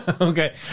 Okay